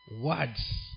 words